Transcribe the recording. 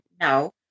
no